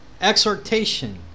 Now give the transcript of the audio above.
exhortation